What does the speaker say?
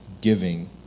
giving